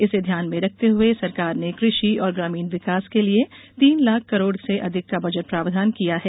इसे ध्यान में रखते हुए सरकार ने कृषि और ग्रामीण विकास के लिए तीन लाख करोड़ रुपये से अधिक का बजट प्रावधान किया गया है